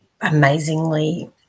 amazingly